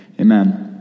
Amen